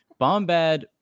Bombad